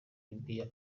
libiya